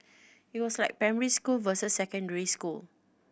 it was like primary school versus secondary school